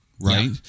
right